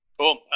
Cool